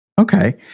Okay